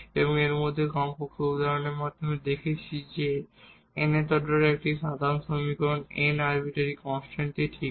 এবং এর মধ্যে আমরা কমপক্ষে উদাহরণের মাধ্যমে দেখেছি যে nth অর্ডারের একটি সাধারণ সমাধান আমরা n আরবিটারি কনস্ট্যান্টগুলি ঠিক করে